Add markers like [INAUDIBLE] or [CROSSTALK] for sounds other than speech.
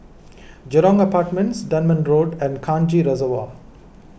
Jurong Apartments Dunman Road and Kranji [UNINTELLIGIBLE]